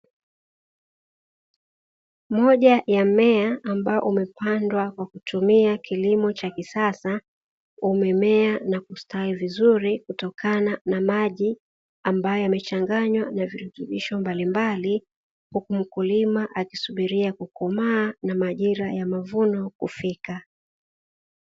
Moja ya mmea ambao umepandwa kwa kutumia kilimo cha kisasa umemea na kustawi vizuri kutokana na maji ambayo yamechanganywa na virutubisho mbalimbali, huku mkulima akisubiria kukomaa na majira ya mavuno kufika.